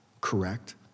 correct